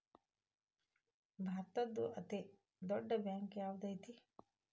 ಭಾರತದ್ದು ಅತೇ ದೊಡ್ಡ್ ಬ್ಯಾಂಕ್ ಯಾವ್ದದೈತಿ?